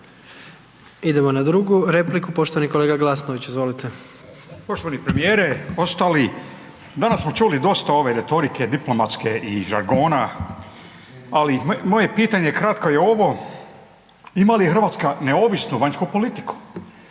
Idemo na drugu repliku, poštovani kolega Glasnović, izvolite. **Glasnović, Željko (Nezavisni)** Poštovani premijere i ostali, danas smo čuli dosta ove retorike diplomatske i žargona ali moje pitanje kratko je ovo, ima li Hrvatska neovisnu vanjsku politiku?